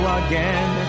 again